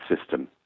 system